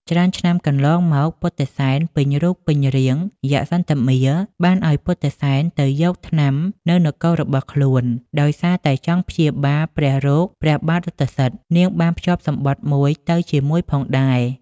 ច្រើនឆ្នាំកន្លងមក ពុទ្ធិសែនពេញរូបពេញរាង យក្សសន្ធមារបានឲ្យពុទ្ធិសែនទៅយកថ្នាំនៅនគររបស់ខ្លួន ដោយសារតែចង់ព្យាបាលព្រះរោគព្រះបាទរថសិទ្ធិ នាងបានភ្ជាប់សំបុត្រមួយទៅជាមួយផងដែរ។